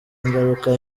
ingaruka